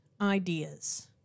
ideas